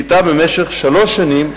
היא היתה במשך שלוש שנים,